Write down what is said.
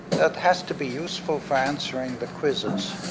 that it has to be useful for answering the quizzes.